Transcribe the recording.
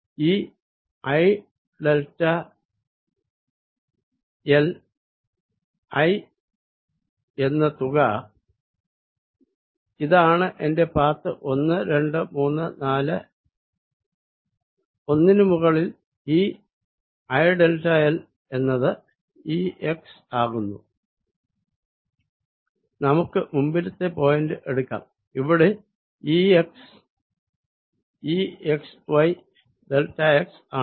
E i delta L i എന്ന തുക ഇതാണ് എന്റെ പാത്ത് 1 2 3 4 1 നു മുകളിൽ E i ഡെൽറ്റ എൽ എന്നത് E x ആകുന്നു നമുക്ക് മുൻപിലത്തെ പോയിന്റ് എടുക്കാം ഇവിടെ E x E x y delta x ആണ്